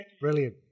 Brilliant